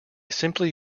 simply